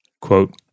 Quote